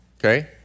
Okay